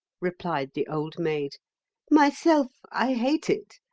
replied the old maid myself, i hate it.